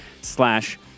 slash